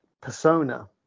persona